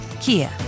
Kia